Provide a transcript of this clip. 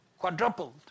quadrupled